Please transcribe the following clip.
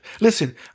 Listen